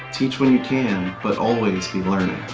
teach when you can, but always be learning!